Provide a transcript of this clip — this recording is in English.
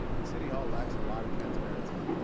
and city hall lacks a lot of transparency.